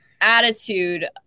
attitude